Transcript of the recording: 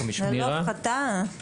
אם